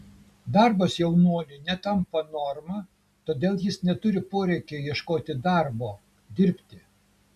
darbas jaunuoliui netampa norma todėl jis neturi poreikio ieškoti darbo dirbti